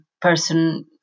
person